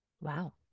Wow